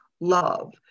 love